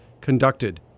conducted